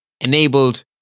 enabled